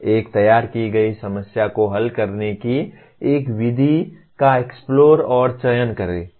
एक तैयार की गई समस्या को हल करने की एक विधि का एक्स्प्लोर और चयन करें